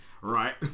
Right